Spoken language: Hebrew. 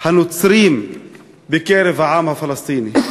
הנוצרים בקרב העם הפלסטיני.